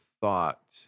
thought